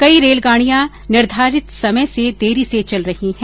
कई रेलगाड़ियां निर्धारित समय से देरी से चल रही हैं